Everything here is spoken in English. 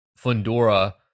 Fundora